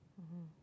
mmhmm